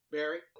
Barry